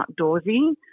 outdoorsy